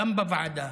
גם בוועדה,